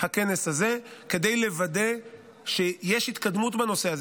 הכנס הזה כדי לוודא שיש התקדמות בנושא.